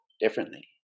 differently